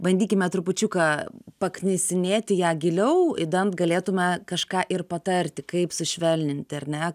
bandykime trupučiuką paknisinėti ją giliau idant galėtume kažką ir patarti kaip sušvelninti ar ne